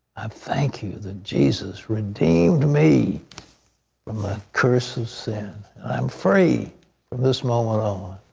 i thank you that jesus redeemed me from the curse of sin. i'm free from this moment on.